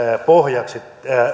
pohjaksi